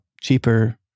cheaper